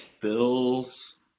Bills